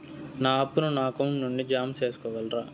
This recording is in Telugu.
నా అప్పును నా అకౌంట్ నుండి జామ సేసుకోగలరా?